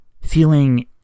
Feeling